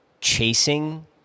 chasing